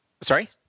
Sorry